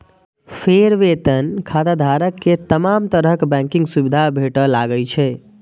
फेर वेतन खाताधारक कें तमाम तरहक बैंकिंग सुविधा भेटय लागै छै